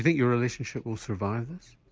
your relationship will survive this?